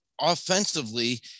offensively